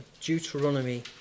Deuteronomy